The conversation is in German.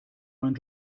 mein